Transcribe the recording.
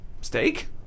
steak